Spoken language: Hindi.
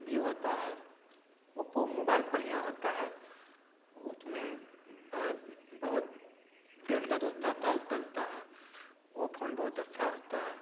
भिभो का है ओप्पो मोबाइल बढ़िया होता है उसमें भर बहुत देर तक उत्ता ताल चलता है वो फोन बहुत अत्था होता है